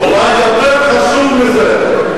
"ואולי יותר חשוב מזה,